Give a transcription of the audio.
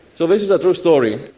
so this is a true story.